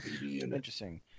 Interesting